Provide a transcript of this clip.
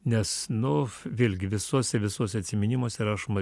nes nu vėlgi visose visuose atsiminimuose rašoma